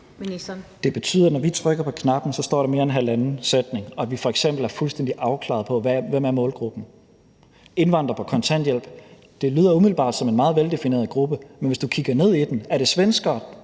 Det betyder, at når vi trykker på knappen, så står der mere end halvanden linje, og at vi f.eks. er fuldstændig afklaret med hensyn til målgruppen. Indvandrere på kontanthjælp lyder umiddelbart som en meget veldefineret gruppe, men hvis du kigger ned i den, er der mange